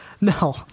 No